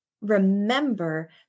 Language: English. remember